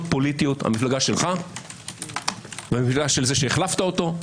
פוליטיות המפלגה שלך ושל זה שאתה החלפת אותו.